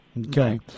Okay